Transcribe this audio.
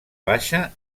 baixa